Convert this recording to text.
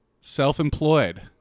Self-employed